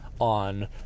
on